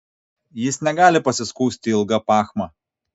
jis negali pasiskųsti ilga pachma